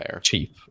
cheap